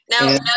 Now